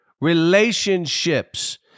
Relationships